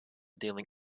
dealing